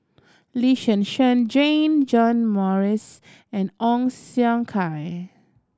Lee Zhen Zhen Jane John Morrice and Ong Siong Kai